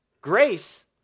Grace